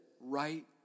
right